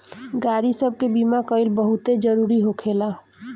गाड़ी सब के बीमा कइल बहुते जरूरी होखेला